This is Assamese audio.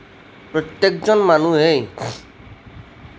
প্ৰত্যেকজন মানুহেই